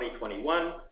2021